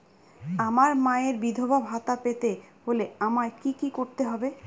আমার মায়ের বিধবা ভাতা পেতে হলে আমায় কি কি করতে হবে?